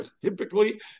Typically